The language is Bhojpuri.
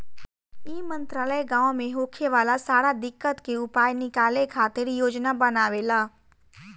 ई मंत्रालय गाँव मे होखे वाला सारा दिक्कत के उपाय निकाले खातिर योजना बनावेला